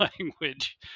language